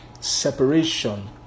separation